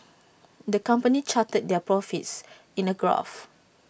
the company charted their profits in A graph